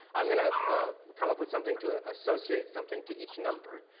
i'm going to come up with something to ah associate something to each number,